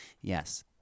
Yes